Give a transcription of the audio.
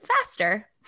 faster